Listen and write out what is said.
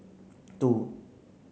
two